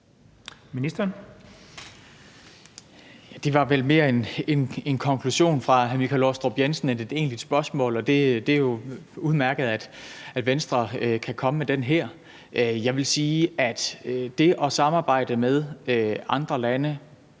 Det var vel mere en konklusion fra hr. Michael Aastrup Jensen end et egentligt spørgsmål, og det er jo udmærket, at Venstre kan komme med den her. Jeg vil sige, at det at samarbejde med andre lande,